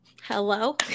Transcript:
Hello